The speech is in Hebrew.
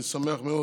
אני שמח מאוד